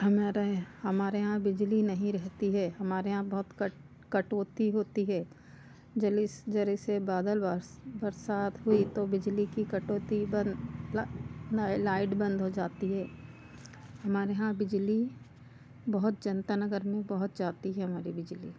हमारे हमारे यहाँ बिजली नहीं रहती है हमारे यहाँ बहुत कट कटौती होती है जलिस ज़रे से बादल वास बरसात हुई तो बिजली की कटौती बंद लाइट बंद हो जाती है हमारे यहाँ बिजली बहुत जनता नगर में बहुत जाती है हमारी बिजली